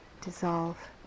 dissolve